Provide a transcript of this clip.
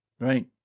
Right